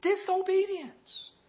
Disobedience